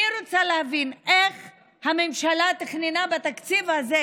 אני רוצה להבין איך הממשלה תכננה בתקציב הזה